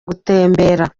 gutembera